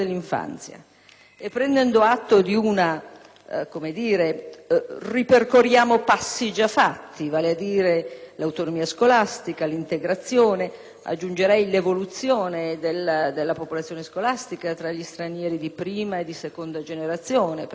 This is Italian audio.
prendo atto del fatto che ripercorriamo passi già fatti, vale a dire l'autonomia scolastica, l'integrazione e, aggiungerei, l'evoluzione della popolazione scolastica tra gli stranieri di prima e di seconda generazione. Infatti, un conto